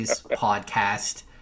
podcast